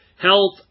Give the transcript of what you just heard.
health